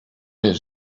his